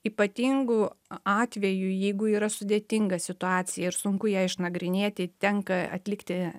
ypatingu atveju jeigu yra sudėtinga situacija ir sunku ją išnagrinėti tenka atlikti